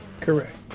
Correct